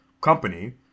company